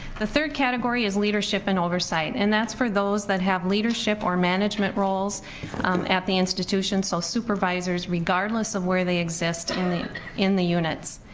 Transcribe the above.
the third category is leadership and oversight and that's for those that have leadership or management roles at the institution, so supervisors, regardless of where they exist in the in the units.